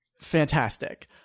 Fantastic